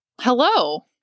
Hello